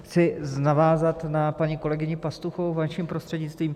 Chci navázat na paní kolegyni Pastuchovou, vaším prostřednictvím.